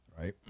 Right